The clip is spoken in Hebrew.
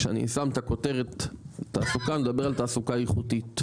כשאני שם את הכותרת תעסוקה אני מדבר על תעסוקה איכותית.